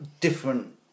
different